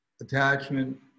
attachment